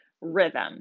rhythm